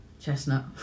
Chestnut